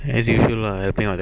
as usual lah helping out